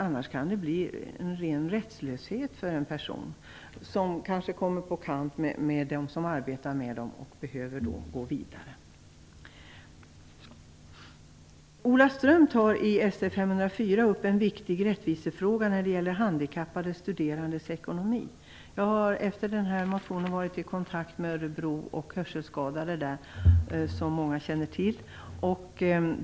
Annars kan det bli en ren rättslöshet för en person, som kanske kommer på kant med dem som arbetar med detta och som behöver gå vidare. Ola Ström tar i motion Sf504 upp en viktig rättvisefråga när det gäller handikappade studerandes ekonomi. Jag har efter den här motionen väcktes varit i kontakt med hörselskadade i Örebro, som många känner till.